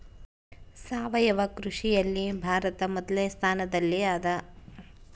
ಸಾವಯವ ಕೃಷಿಯಲ್ಲಿ ಭಾರತ ಮೊದಲನೇ ಸ್ಥಾನದಲ್ಲಿ ಅದ